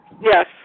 Yes